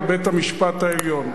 על בית-המשפט העליון.